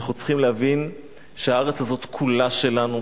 אנחנו צריכים להבין שהארץ הזאת כולה שלנו.